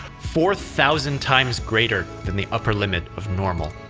four thousand times greater than the upper limit of normal.